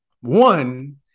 one